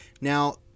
now